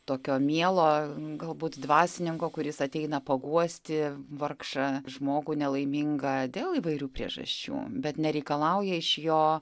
tokio mielo galbūt dvasininko kuris ateina paguosti vargšą žmogų nelaimingą dėl įvairių priežasčių bet nereikalauja iš jo